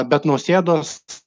bet nausėdos